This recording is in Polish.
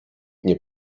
nie